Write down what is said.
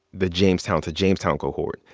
the jamestown to jamestown cohort,